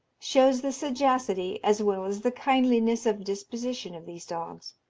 shows the sagacity as well as the kindliness of disposition of these dogs.